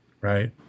Right